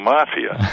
Mafia